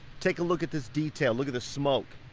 take a look at this detail. look at the smoke,